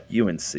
UNC